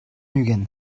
ugent